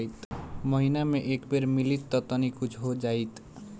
महीना मे एक बेर मिलीत त तनि कुछ हो जाइत